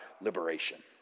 liberation